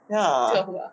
ya